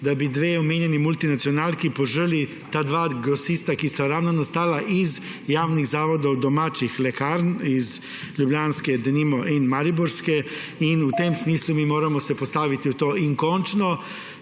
da bi dve omenjeni multinacionalki požrli ta dva grosista, ki sta ravno nastala iz javnih zavodov domačih lekarn, denimo iz ljubljanske in mariborske. V tem smislu se moramo mi postaviti v to. In končno